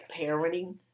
parenting